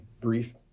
brief